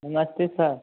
नमस्ते सर